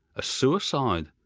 a suicide.